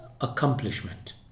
accomplishment